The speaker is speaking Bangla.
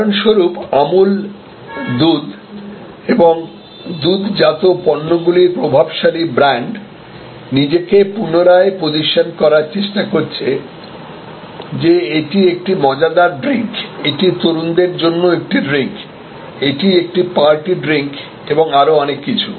উদাহরণস্বরূপ আমুল দুধ এবং দুধজাত পণ্যগুলির প্রভাবশালী ব্র্যান্ড নিজেকে পুনরায় পজিশন করার চেষ্টা করছে যে এটি একটি মজাদার ড্রিঙ্ক এটি তরুণদের জন্য একটি ড্রিঙ্ক এটি একটি পার্টি ড্রিঙ্ক এবং আরও অনেক কিছু